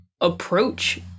approach